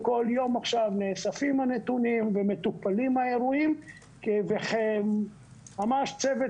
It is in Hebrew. כל יום עכשיו נאספים הנתונים ומטופלים האירועים וממש צוות